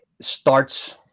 starts